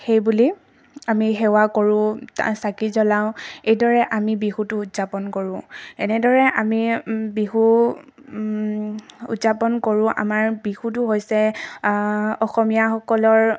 সেইবুলি আমি সেৱা কৰোঁ চাকি জ্বলাওঁ এইদৰে আমি বিহুটো উদযাপন কৰোঁ এনেদৰে আমি বিহু উদযাপন কৰোঁ আমাৰ বিহুটো হৈছে অসমীয়াসকলৰ